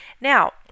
Now